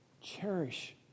cherish